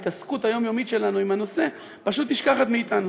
ההתעסקות היומיומית שלנו בנושא פשוט נשכחת מאתנו.